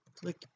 click